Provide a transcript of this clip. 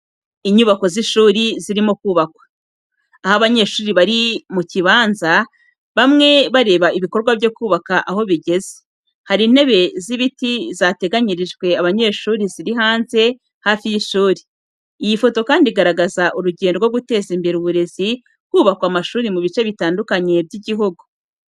Inyubako z'ishuri zirimo kubakwa, aho abanyeshuri bari mu kibanza bamwe bareba ibikorwa byo kubaka aho bigeze. Hari intebe z'ibiti zateganyirijwe abanyeshuri ziri hanze hafi y'ishuri. Iyi foto kandi igaragaza urugendo rwo guteza imbere uburezi hubakwa amashuri mu bice bitandukanye by'igihugu.